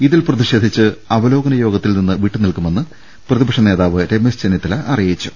ഇതിൽ പ്രതിഷേധിച്ച് അവലോകന യോഗ ത്തിൽ നിന്ന് വിട്ടുനിൽക്കുമെന്ന് പ്രതിപക്ഷ നേതാവ് രമേശ് ചെന്നിത്തല അറിയിച്ചു